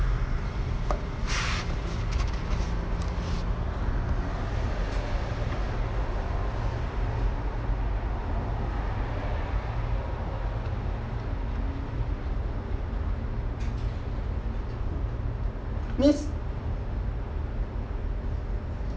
means